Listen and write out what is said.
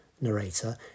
narrator